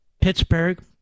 Pittsburgh